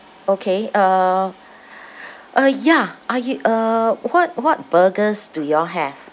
okay uh uh ya are y~ uh what what burgers do you all have